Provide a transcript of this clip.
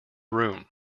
room